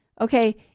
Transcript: Okay